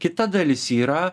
kita dalis yra